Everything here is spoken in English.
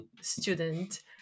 student